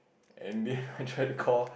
and then I try to call